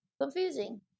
Confusing